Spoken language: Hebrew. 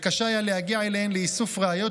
וקשה היה להגיע אליהן לאיסוף ראיות.